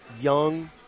young